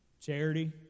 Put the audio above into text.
charity